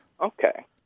Okay